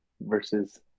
versus